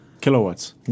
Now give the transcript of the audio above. Kilowatts